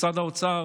משרד האוצר